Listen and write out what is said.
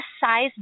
size